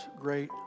great